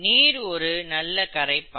நீர் ஒரு நல்ல கரைப்பான்